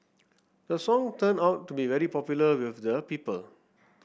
the song turned out to be very popular with the people